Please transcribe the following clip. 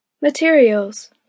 Materials